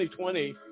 2020